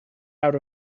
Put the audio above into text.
out